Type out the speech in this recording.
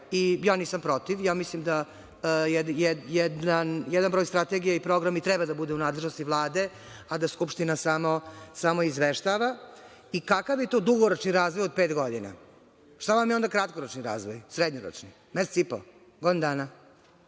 ja nisam protiv. Ja mislim da jedan broj strategija i programa i treba da bude u nadležnosti Vlade, a da Skupština samo izveštava. I kakav je to dugoročni razvoj od pet godina? Šta vam je onda kratkoročni razvoj? Srednjoročni? Mesec i po? Godinu dana? Sad